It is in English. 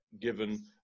given